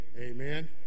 Amen